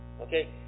okay